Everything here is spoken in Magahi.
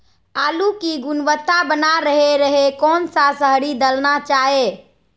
आलू की गुनबता बना रहे रहे कौन सा शहरी दलना चाये?